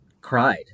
cried